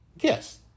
Yes